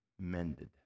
mended